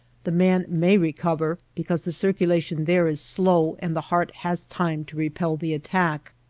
the man may re cover, because the circulation there is slow and the heart has time to repel the attack.